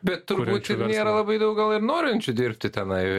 bet turbūt ir nėra labai daug gal ir norinčių dirbti tenai